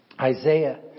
isaiah